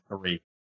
three